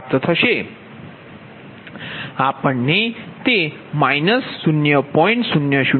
આપણને તે −0